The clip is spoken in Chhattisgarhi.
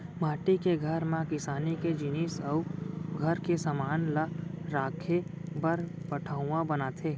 माटी के घर म किसानी के जिनिस अउ घर के समान ल राखे बर पटउहॉं बनाथे